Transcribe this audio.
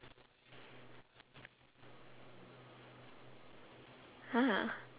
!huh!